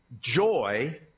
joy